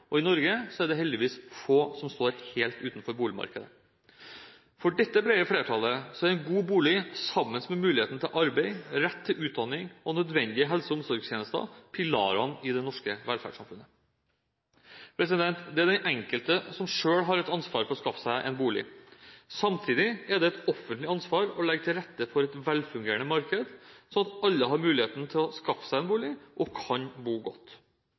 boliger. I Norge er det heldigvis få som står helt utenfor boligmarkedet. For dette brede flertallet er en god bolig sammen med muligheten for arbeid, rett til utdanning og nødvendige helse- og omsorgstjenester, pilarene i det norske velferdssamfunnet. Det er den enkelte som selv har et ansvar for å skaffe seg en bolig. Samtidig er det et offentlig ansvar å legge til rette for et velfungerende marked, slik at alle har muligheten til å skaffe seg en bolig og kan bo godt.